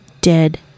Dead